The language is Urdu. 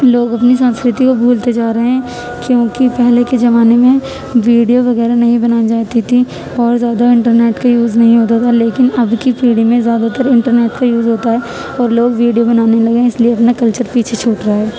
لوگ اپنی سانسکرتی کو بھولتے جا رہے ہیں کیوں کہ پہلے کے جمانے میں ویڈیو وغیرہ نہیں بنائی جاتی تھی اور زیادہ انٹرنیٹ کا یوز نہیں ہوتا تھا لیکن اب کی پیڑھی میں زیادہ تر انٹرنیٹ کا یوز ہوتا ہے اور لوگ ویڈیو بنانے لگے ہیں اس لیے اپنے کلچر پیچھے چھوٹ رہا ہے